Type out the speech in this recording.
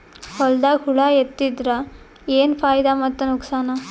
ಹೊಲದಾಗ ಹುಳ ಎತ್ತಿದರ ಏನ್ ಫಾಯಿದಾ ಮತ್ತು ನುಕಸಾನ?